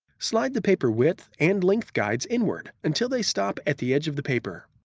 slide the paper width and length guides inward until they stop at the edge of the paper.